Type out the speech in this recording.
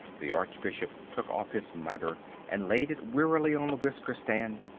the archbishop took off his mitre and laid it wearily on the whisker-stand.